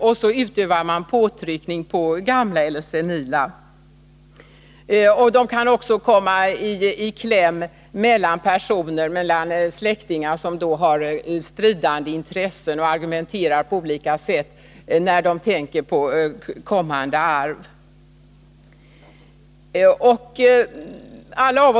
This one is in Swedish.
Och så utövar man påtryckningar på gamla eller senila. Dessa kan också komma i kläm mellan släktingar som har stridande intressen när det gäller kommande arv och på olika sätt argumenterar för sin sak.